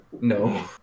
No